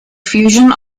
fusion